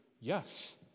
yes